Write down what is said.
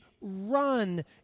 run